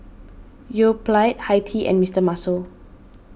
Yoplait Hi Tea and Mister Muscle